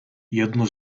jedno